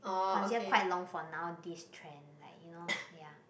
considered quite long for now this trend like you know ya